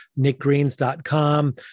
nickgreens.com